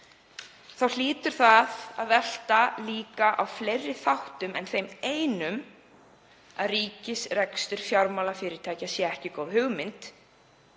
Þá hlýtur það líka að velta á fleiri þáttum en þeim einum að ríkisrekstur fjármálafyrirtækja sé ekki góð hugmynd